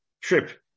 trip